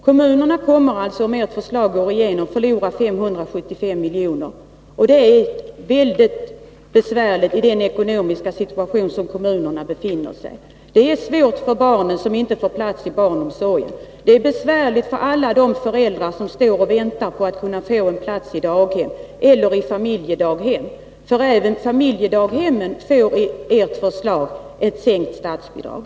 Kommunerna kommer alltså, om ert förslag går igenom, att förlora 575 milj.kr., och det är väldigt besvärligt i den ekonomiska situation som kommunerna befinner sig i. Det är svårt för barnen, som inte får plats i barnomsorgen. Det är svårt för alla de föräldrar som väntar på plats i daghem eller familjedaghem, för även familjedaghemmen får i ert förslag sänkt Nr 51